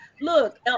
look